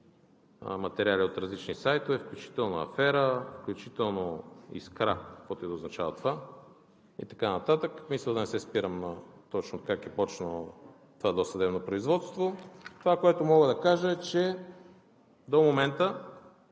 материали от различни сайтове, включително „Афера“, включително „Искра“ – каквото и да означава това, и така нататък. Мисля да не се спирам точно как е започнало това досъдебно производство. Това, което мога да кажа, е, че до момента